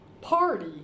party